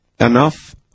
enough